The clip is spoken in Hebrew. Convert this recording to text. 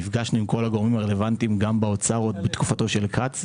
נפגשנו עם כל הגורמים הרלוונטיים גם באוצר עוד בתקופתו של כץ,